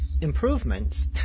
Improvements